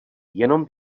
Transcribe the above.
jenom